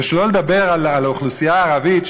שלא לדבר על האוכלוסייה הערבית,